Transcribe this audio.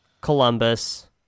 Columbus